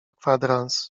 kwadrans